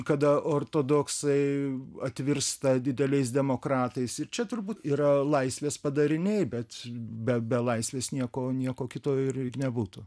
kada ortodoksai atvirsta dideliais demokratais ir čia turbūt yra laisvės padariniai bet be be laisvės nieko nieko kito ir nebūtų